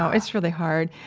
ah it's really hard.